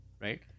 right